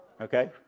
Okay